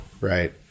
right